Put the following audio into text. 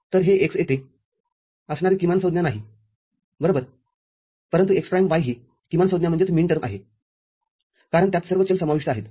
तर हे x येथे असणारी किमानसंज्ञा नाही बरोबरपरंतु x प्राईम y ही किमानसंज्ञा आहे कारण त्यात सर्व चल समाविष्ट आहेत